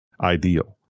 ideal